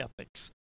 ethics